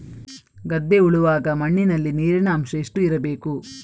ಗದ್ದೆ ಉಳುವಾಗ ಮಣ್ಣಿನಲ್ಲಿ ನೀರಿನ ಅಂಶ ಎಷ್ಟು ಇರಬೇಕು?